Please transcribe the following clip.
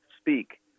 speak